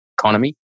economy